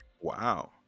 Wow